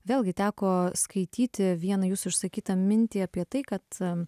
vėlgi teko skaityti vieną jūsų išsakytą mintį apie tai kad